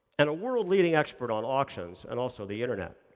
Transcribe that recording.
and a world-leading expert on auctions and also the internet.